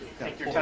thank you